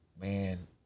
man